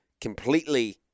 completely